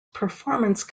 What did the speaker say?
performance